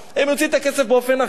הם יוציאו את הכסף באופן אחר.